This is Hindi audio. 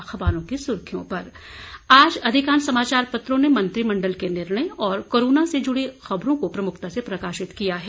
अब एक नजर अखबारों की सुर्खियों पर आज अधिकांश समाचार पत्रों ने मंत्रिमंडल के निर्णय और कोरोना से जुड़ी खबरों को प्रमुखता से प्रकाशित किया है